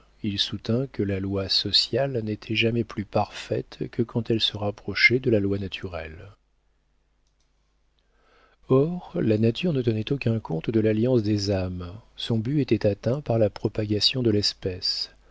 il soutint que la loi sociale n'était jamais plus parfaite que quand elle se rapprochait de la loi naturelle or la nature ne tenait aucun compte de l'alliance des âmes son but était atteint par la propagation de l'espèce